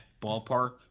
ballpark